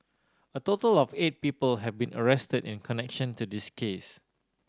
a total of eight people have been arrested in connection to this case